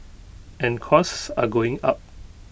and costs are going up